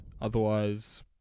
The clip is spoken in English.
Otherwise